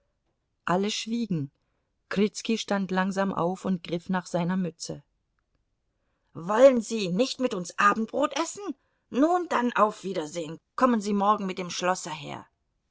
alle schwiegen krizki stand langsam auf und griff nach seiner mütze wollen sie nicht mit uns abendbrot essen nun dann auf wiedersehen kommen sie morgen mit dem schlosser her